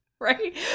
right